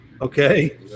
okay